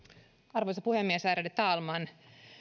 arvoisa puhemies ärade talman